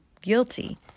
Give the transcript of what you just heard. guilty